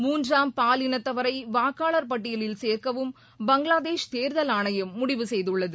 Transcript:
மூன்றாம் பாலினத்தவரை வாக்காளர் பட்டியலில் சேர்க்கவும் பங்களாதேஷ் தேர்தல் ஆணையம் முடிவு செய்துள்ளது